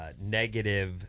negative